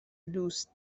دوست